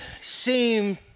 seem